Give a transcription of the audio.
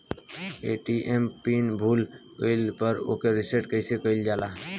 ATM pin भूल गईल पर ओके रीसेट कइसे कइल जाला?